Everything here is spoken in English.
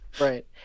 right